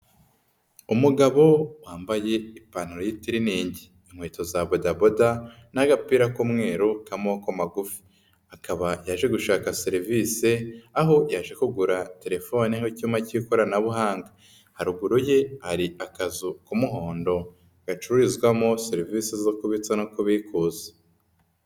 Umugabo wambaye ipantaro y'itiriningi, inkweto za badaboda n'agapira k'umweru k'amaboko magufi, akaba yaje gushaka serivisi aho yaje kugura telefoni nk'icyuma k'ikoranabuhanga, haruguru ye hari akazu k'umuhondo gacururizwamo serivisi zo kubitsa no kukuza.